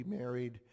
married